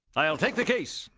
i'll take the case!